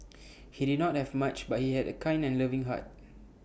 he did not have much but he had A kind and loving heart